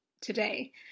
today